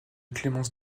clémence